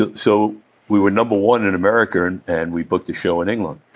ah so we were number one in america and and we booked a show in england.